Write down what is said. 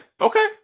Okay